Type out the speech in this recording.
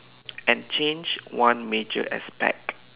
and change one major aspect